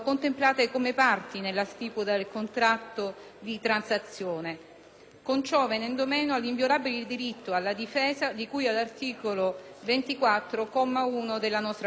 con ciò venendo meno all'inviolabile diritto alla difesa di cui all'articolo 24, comma 1, della nostra Costituzione.